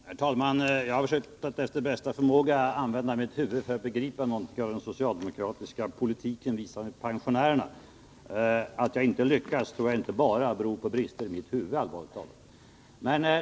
Herr talman! Jag har försökt att efter bästa förmåga använda mitt huvud för att begripa någonting av den socialdemokratiska politiken när det gäller pensionärerna. Att jag inte lyckas kan inte bara bero på brister i mitt huvud, allvarligt talat.